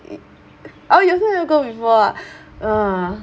e~ oh you also you go before ah uh